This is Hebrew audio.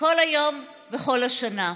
כל היום וכל השנה.